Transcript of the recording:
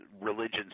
religions